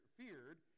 feared